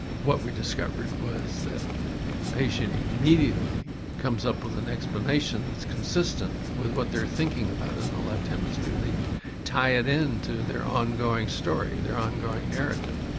what we discovered was that the patient immediately comes up with an explanation that's consistent with what they are thinking about in the left hemisphere. they tie it in to their ongoing story, their ongoing narrative.